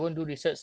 mmhmm